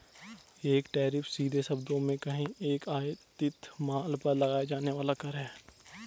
एक टैरिफ, सीधे शब्दों में कहें, एक आयातित माल पर लगाया जाने वाला कर है